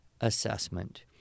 assessment